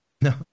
No